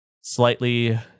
slightly